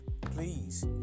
please